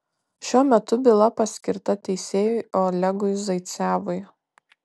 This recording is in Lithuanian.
šiuo metu byla paskirta teisėjui olegui zaicevui